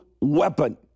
Weapon